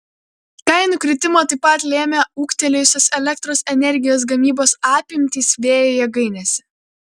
kainų kritimą taip pat lėmė ūgtelėjusios elektros energijos gamybos apimtys vėjo jėgainėse